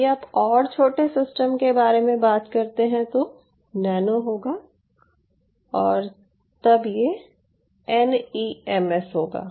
यदि आप और छोटे सिस्टम के बारे में बात करते हैं तो नैनो होगा और तब ये एनईएमएस होगा